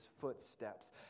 footsteps